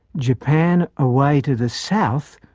japan a way to the south,